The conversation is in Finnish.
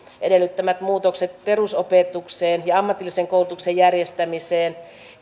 edellyttämät muutokset perusopetukseen ja ammatillisen koulutuksen järjestämiseen